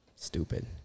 Stupid